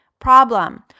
problem